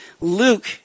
Luke